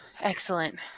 excellent